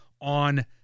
on